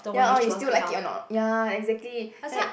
ya orh you still like it or not ya exactly like